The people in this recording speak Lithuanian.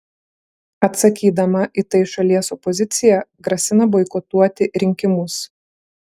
atsakydama į tai šalies opozicija grasina boikotuoti rinkimus